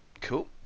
Cool